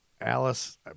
Alice